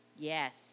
Yes